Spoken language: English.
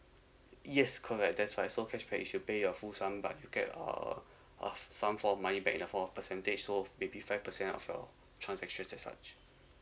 yes correct that's why so cashback it should pay your full sum but you get uh of some for money back in the form of percentage so maybe five percent of your transactions as such